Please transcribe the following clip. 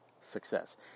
success